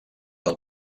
del